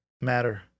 Matter